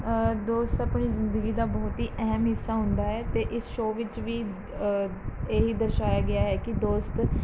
ਦੋਸਤ ਆਪਣੀ ਜ਼ਿੰਦਗੀ ਦਾ ਬਹੁਤ ਹੀ ਅਹਿਮ ਹਿੱਸਾ ਹੁੰਦਾ ਹੈ ਅਤੇ ਇਸ ਸ਼ੋਅ ਵਿੱਚ ਵੀ ਇਹੀ ਦਰਸਾਇਆ ਗਿਆ ਹੈ ਕਿ ਦੋਸਤ